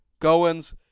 Goins